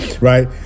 Right